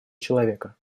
человека